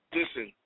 listen